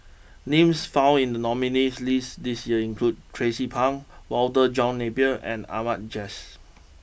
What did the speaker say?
names found in the nominees' list this year include Tracie Pang Walter John Napier and Ahmad Jais